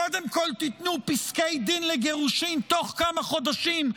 קודם כול תיתנו פסקי דין לגירושים תוך כמה חודשים,